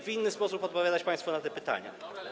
w inny sposób odpowiadać państwu na te pytania.